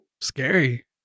scary